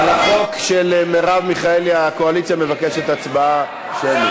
על החוק של מרב מיכאלי הקואליציה מבקשת הצבעה שמית.